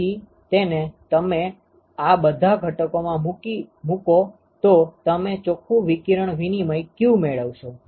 તેથી તેને તમે આ બધા ઘટકોમાં મુકો તો તમે ચોખ્ખું વિકિરણ વિનિમય q મેળવશો